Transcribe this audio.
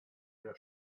der